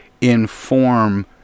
inform